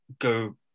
go